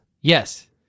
Yes